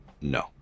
No